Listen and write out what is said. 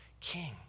king